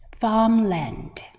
farmland